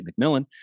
McMillan